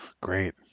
Great